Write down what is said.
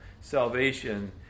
salvation